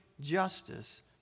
justice